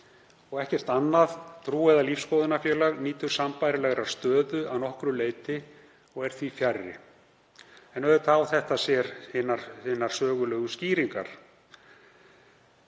Ekkert annað trú- eða lífsskoðunarfélag nýtur sambærilegrar stöðu að nokkru leyti, því fer fjarri. En auðvitað á þetta sér sínar sögulegu skýringar.